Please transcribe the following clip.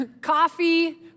coffee